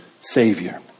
Savior